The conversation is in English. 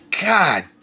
god